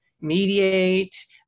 mediate